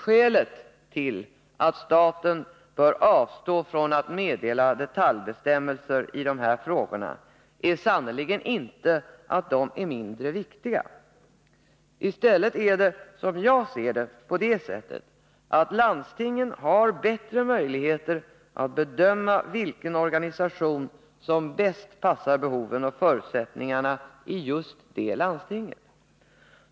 Skälet till att staten bör avstå från att meddela detaljbestämmelser i dessa frågor är sannerligen inte att dessa är mindre viktiga. I stället är det — som jag ser det — på det sättet att landstingen har bättre möjligheter att bedöma vilken organisation som bäst passar behoven och förutsättningarna i just det landstinget.